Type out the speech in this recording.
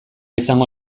izango